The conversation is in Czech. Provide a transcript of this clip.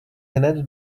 hned